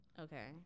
Okay